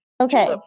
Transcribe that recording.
Okay